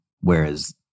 Whereas